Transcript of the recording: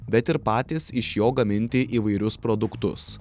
bet ir patys iš jo gaminti įvairius produktus